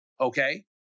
Okay